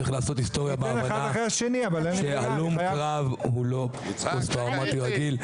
צריך לעשות היסטוריה בהבנה שהלום קרב הוא לא פוסט טראומטי רגיל,